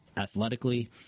athletically